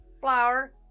flour